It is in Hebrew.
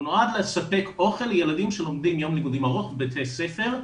הוא נועד לספק אוכל לילדים שלומדים יום לימודים ארוך בבתי ספר,